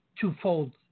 twofold